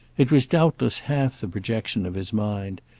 it was doubtless half the projection of his mind,